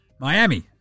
Miami